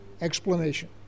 explanation